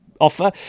offer